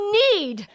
need